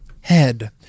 Head